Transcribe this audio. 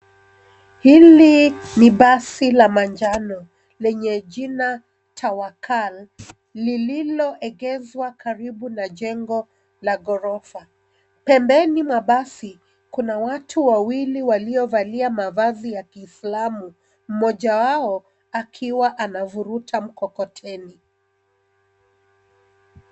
Hili ni basi la manjano lenye jina Tawakal lililoegezwa karibu na jengo la ghorofa. Pembeni mwa basi, kuna watu wawiliwalovalia mavazi ya kiislamu, mmoja wao akiwa anavuruta mkokoteni.